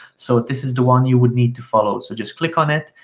so this is the one you would need to follow. so just click on it,